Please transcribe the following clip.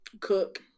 cook